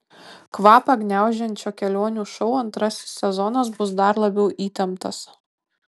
kvapą gniaužiančio kelionių šou antrasis sezonas bus dar labiau įtemptas